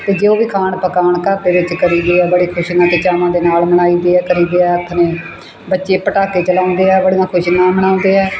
ਅਤੇ ਜੋ ਵੀ ਖਾਣ ਪਕਾਉਣ ਘਰ ਦੇ ਵਿੱਚ ਕਰੀ ਦੇ ਹੈ ਬੜੀ ਖੁਸ਼ੀਆਂ ਅਤੇ ਚਾਵਾਂ ਦੇ ਨਾਲ ਮਨਾਈ ਦੇ ਹੈ ਕਰੀ ਦੇ ਹੈ ਆਥਣੇ ਬੱਚੇ ਪਟਾਕੇ ਚਲਾਉਂਦੇ ਆ ਬੜੀਆਂ ਖੁਸ਼ੀਆਂ ਮਨਾਉਂਦੇ ਹੈ